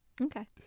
Okay